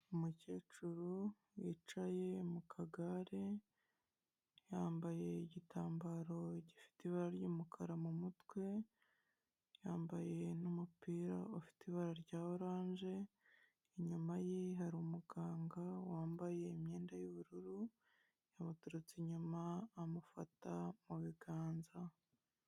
Umukecuru wicaye mu kagare yambaye igitambaro gifite ibara ry'umukara mumutwe yambaye n'umupira ufite ibara rya orange inyuma ye harimuganga wambaye imyenda y'ubururu yamuturutse inyuma amufata mu biganza.